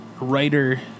writer